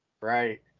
Right